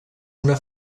una